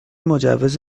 مجوز